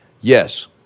Yes